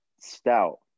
stout